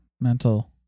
mental